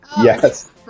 Yes